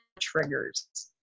triggers